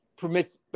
permits